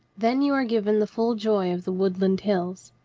then you are given the full joy of the woodland hills.